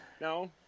no